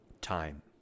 Time